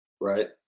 Right